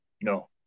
No